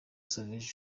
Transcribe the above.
savage